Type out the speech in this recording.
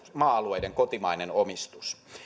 maa alueiden kotimainen omistus